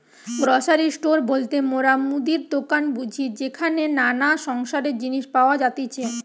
grocery store বলতে মোরা মুদির দোকান বুঝি যেখানে নানা সংসারের জিনিস পাওয়া যাতিছে